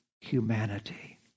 humanity